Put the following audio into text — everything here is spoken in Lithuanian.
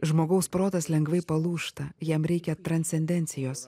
žmogaus protas lengvai palūžta jam reikia transcendencijos